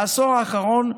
בעשור האחרון,